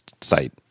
site